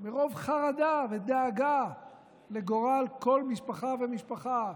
מרוב חרדה ודאגה לגורל כל משפחה ומשפחה